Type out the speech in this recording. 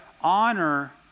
honor